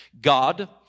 God